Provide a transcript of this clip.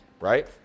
right